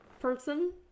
person